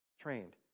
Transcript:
Trained